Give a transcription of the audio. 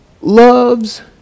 loves